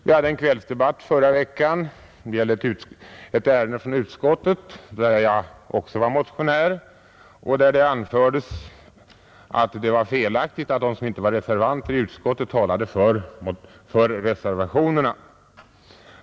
Vi hade en kvällsdebatt förra veckan om ett utskottsärende där jag också var motionär, och det anfördes då att det var felaktigt att de som inte var reservanter i utskottet talade för reservationerna.